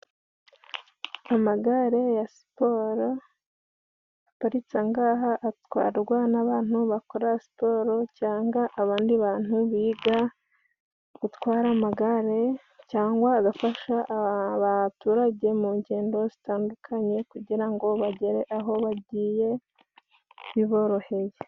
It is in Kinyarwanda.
Amagare ya siporo aparitse ngaha atwarwa n'abantu bakora siporo cyanga abandi bantu biga gutwara amagare, cyangwa agafasha abaturage mu ngendo zitandukanye, kugira ngo bagere aho bagiye biboroheye.